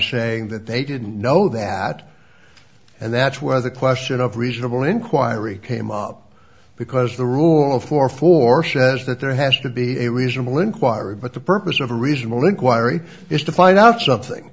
saying that they didn't know that and that's where the question of reasonable inquiry came up because the rule of four four says that there has to be a reasonable inquiry but the purpose of a reasonable inquiry is to find out something